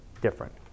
different